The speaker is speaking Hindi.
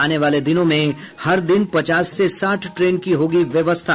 आने वाले दिनों में हर दिन पचास से साठ ट्रेन की होगी व्यवस्था